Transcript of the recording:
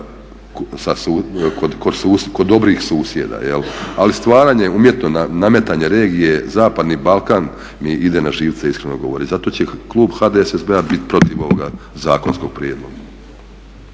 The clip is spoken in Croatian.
kod dobrih susjeda. Ali stvaranje umjetno, nametanje regije zapadni Balkan mi ide na živce iskreno govoreći. Zato će klub HDSSB-a biti protiv ovoga zakonskog prijedloga.